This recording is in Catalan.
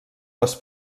les